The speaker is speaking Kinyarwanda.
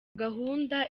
gahunda